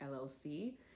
LLC